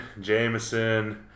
Jameson